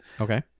Okay